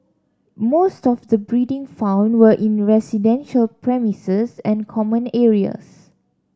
most of the breeding found were in residential premises and common areas